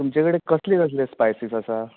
तुमचे कडेन कसले कसले स्पायसीस आसा